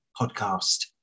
podcast